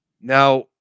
Now